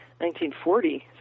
1940